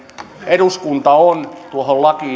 eduskunta on tuohon lakiin